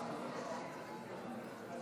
תוצאות ההצבעה על הצעת האי-אמון של ישראל ביתנו: 42